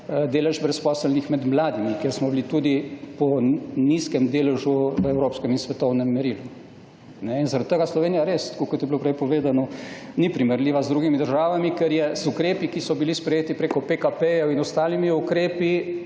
delež brezposelnih med mladimi, kjer smo bili tudi po nizkem deležu v evropskem in svetovnem merilu. In zaradi tega Slovenija res, tako kot je bilo prej povedano, ni primerljiva z drugimi državami, ker je z ukrepi, ki so bili sprejeti preko PKP-jev in ostalimi ukrepi,